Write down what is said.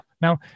Now